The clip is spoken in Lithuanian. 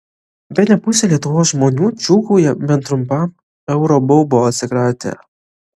bene pusė lietuvos žmonių džiūgauja bent trumpam euro baubo atsikratę